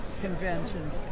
conventions